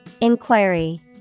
Inquiry